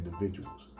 individuals